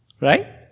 Right